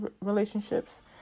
relationships